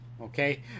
Okay